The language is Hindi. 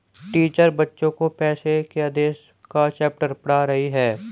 टीचर बच्चो को पैसे के आदेश का चैप्टर पढ़ा रही हैं